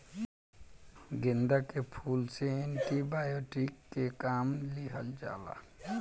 गेंदा के फूल से एंटी बायोटिक के काम लिहल जाला